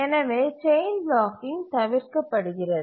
எனவே chain blocking தவிர்க்கப்படுகிறது